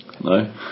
No